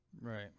Right